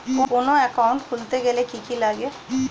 কোন একাউন্ট খুলতে গেলে কি কি লাগে?